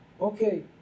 okay